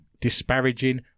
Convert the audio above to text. Disparaging